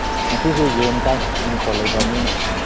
ꯉꯁꯤꯁꯤ ꯌꯦꯟ ꯆꯥꯏ ꯏꯪꯈꯣꯜ ꯂꯩꯇꯝꯅꯤꯅ